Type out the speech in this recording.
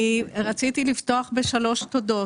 רציתי לפתוח בשלוש תודות.